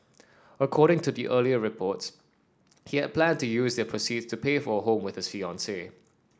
according to the earlier reports he had planned to use the proceeds to pay for a home with his fiancee